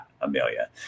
Amelia